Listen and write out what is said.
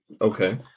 Okay